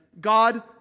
God